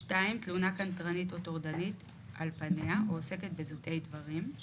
תלונה קנטרנית או טורדנית על פניה או עוסקת בזוטי דברים,